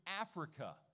Africa